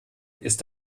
ist